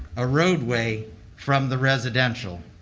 a roadway from the residential.